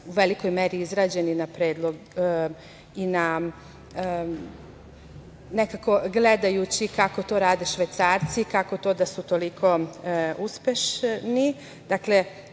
u velikoj meri izgrađen i nekako gledajući kako to rade Švajcarci, kako to da su toliko uspešni.